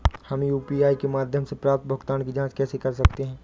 हम यू.पी.आई के माध्यम से प्राप्त भुगतान की जॉंच कैसे कर सकते हैं?